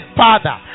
father